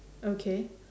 okay